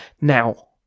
Now